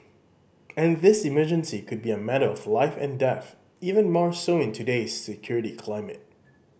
and this emergency could be a matter of life and death even more so in today's security climate